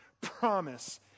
promise